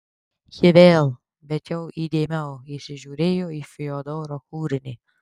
ji vėl bet jau įdėmiau įsižiūrėjo į fiodoro kūrinį